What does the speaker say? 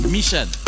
Mission